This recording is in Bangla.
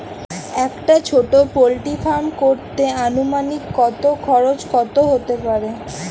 একটা ছোটো পোল্ট্রি ফার্ম করতে আনুমানিক কত খরচ কত হতে পারে?